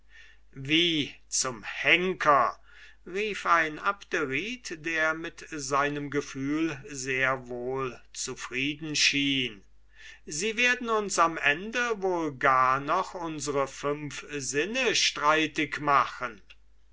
wie zum henker rief ein abderite der mit seinem gefühl sehr wohl zufrieden schien sie werden uns am ende wohl gar noch unsre fünf sinne streitig machen